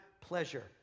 pleasure